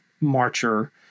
marcher